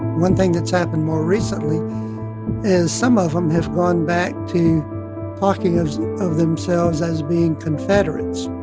one thing that's happened more recently is some of them have gone back to talking of of themselves as being confederates,